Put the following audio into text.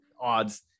odds